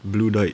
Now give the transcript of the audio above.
blue died